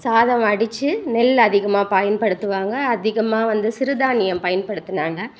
சாதம் வடித்து நெல் அதிகமாக பயன்படுத்துவாங்க அதிகமாக வந்து சிறுதானியம் பயன்படுத்தினாங்க